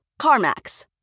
CarMax